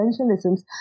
essentialisms